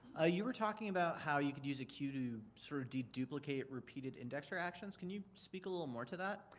ah you were talking about how you could use a queue to sort of de-duplicate repeated indexer actions, can you speak a little more to that?